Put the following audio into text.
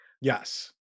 yes